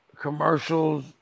commercials